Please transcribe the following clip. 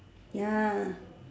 ya